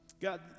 God